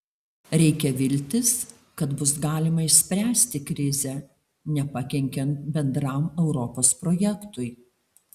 reikia viltis kad bus galima išspręsti krizę nepakenkiant bendram europos projektui